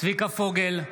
צביקה פוגל,